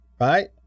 right